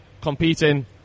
competing